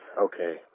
okay